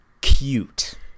cute